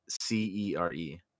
C-E-R-E